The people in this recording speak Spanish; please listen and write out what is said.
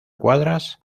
cuadras